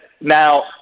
Now